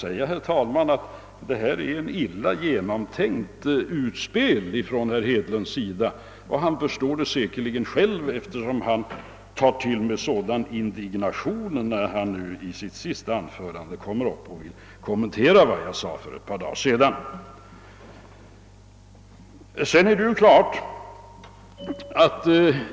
Detta är ett, herr talman, illa genomtänkt utspel av honom. Han förstår det säkerligen själv, eftersom han tar i med sådan indignation när han i dag från talarstolen kommenterar vad jag sade för ett par dagar sedan.